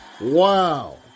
Wow